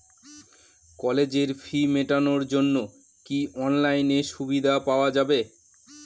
কলেজের ফি মেটানোর জন্য কি অনলাইনে সুবিধা পাওয়া যাবে?